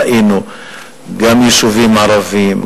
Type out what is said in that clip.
ראינו גם יישובים ערביים,